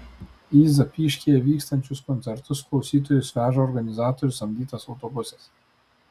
į zapyškyje vykstančius koncertus klausytojus veža organizatorių samdytas autobusas